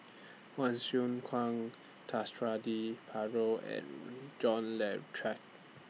Hsu Kwang Suradi Parjo and John Le Cain